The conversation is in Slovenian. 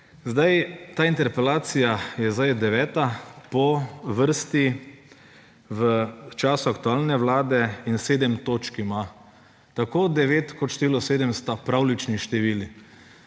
večer! Ta interpelacija je zdaj deveta po vrsti v času aktualne vlade in sedem točk ima. Tako devet kot število sedem sta pravljični števili.